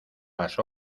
las